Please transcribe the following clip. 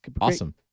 Awesome